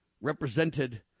represented